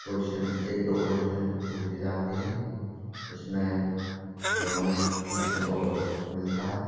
question एक दो question पूछे जाते हैं इसमें से हमें सीखने को बहुत कुछ मिलता है